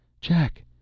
Jack